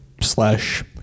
slash